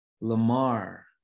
Lamar